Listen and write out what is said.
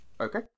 Okay